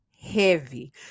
heavy